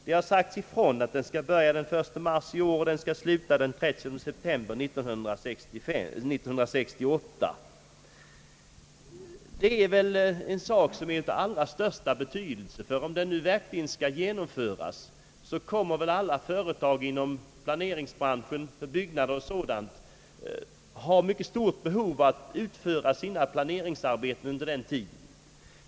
Det har sagts ifrån att den skall börja den 1 mars i år och sluta den 30 september 1968. Detta är en sak av allra största betydelse, ty om skatten nu verkligen skall genomföras kommer alla företag inom planeringsbranschen för byggnader och sådant att ha mycket starkt behov att utföra sina planeringsarbeten under den tiden.